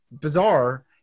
bizarre